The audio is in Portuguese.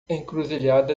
encruzilhada